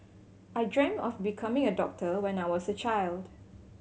I dreamed of becoming a doctor when I was a child